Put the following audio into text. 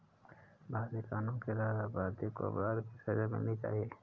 भारतीय कानून के तहत अपराधी को अपराध की सजा मिलनी चाहिए